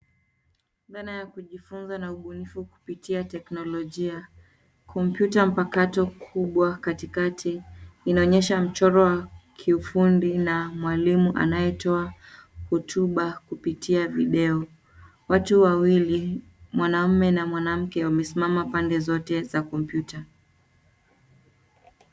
Dhana ya kujifunza na ubunifu kupitia teknolojia, kompyuta mpakato kubwa katikati inaonyesha mchoro wa kiufundi na mwalimu anayetoa hotuba kupitia video, watu wawili mwanaume na mwanamke wamesimama pande zote za kompyuta.